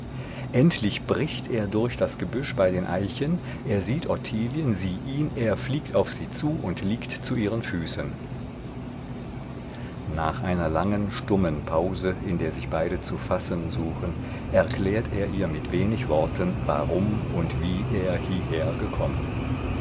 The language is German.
endlich bricht er durch das gebüsch bei den eichen er sieht ottilien sie ihn er fliegt auf sie zu und liegt zu ihren füßen nach einer langen stummen pause in der sich beide zu fassen suchen erklärt er ihr mit wenig worten warum und wie er hieher gekommen